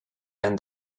and